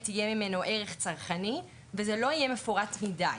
יהיה ממנו ערך צרכני וזה לא יהיה מפורט מידי.